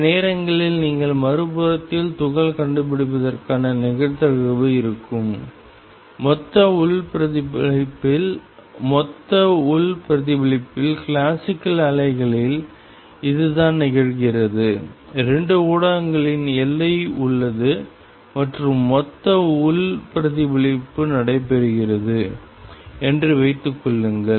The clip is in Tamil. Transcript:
சில நேரங்களில் நீங்கள் மறுபுறத்தில் துகள் கண்டுபிடிப்பதற்கான நிகழ்தகவு இருக்கும் மொத்த உள் பிரதிபலிப்பில் மொத்த உள் பிரதிபலிப்பில் கிளாசிக்கல் அலைகளில் இதுதான் நிகழ்கிறது 2 ஊடகங்களின் எல்லை உள்ளது மற்றும் மொத்த உள் பிரதிபலிப்பு நடைபெறுகிறது என்று வைத்துக் கொள்ளுங்கள்